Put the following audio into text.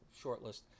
shortlist